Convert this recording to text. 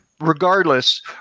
regardless